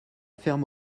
ferme